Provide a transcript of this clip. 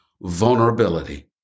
vulnerability